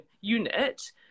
unit